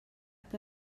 que